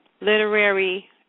literary